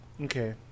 Okay